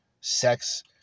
sex